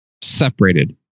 separated